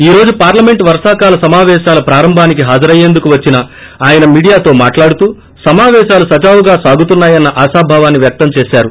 ఈ రోజు పార్లమెంట్ వర్షాకాల సమాపేశాల ప్రారంభానికి హాజరయ్యేందుకు వచ్చిన ఆయన మీడియాతో మాట్లాడుతూ సమాపేశాలు సజావుగా సాగుతాయన్న ఆశాభావాన్ని వ్యక్తం చేశారు